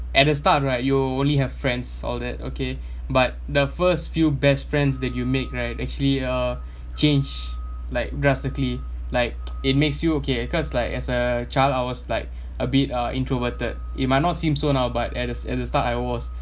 at the start right you only have friends all that okay but the first few best friends that you make right actually uh change like drastically like it makes you okay cause like as a child I was like a bit uh introverted it might not seem so now but at the s~ at the start I was